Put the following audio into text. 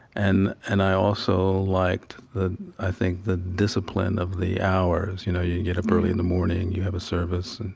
and and i also liked the i think the discipline of the hours. you know you get up early in the morning. you have a service and